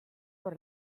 por